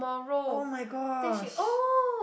[oh]-my-gosh